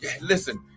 listen